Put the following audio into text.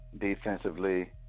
Defensively